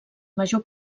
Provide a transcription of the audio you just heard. major